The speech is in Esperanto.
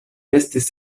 estis